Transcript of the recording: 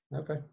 Okay